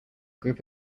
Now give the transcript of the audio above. group